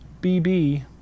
BB